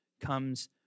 comes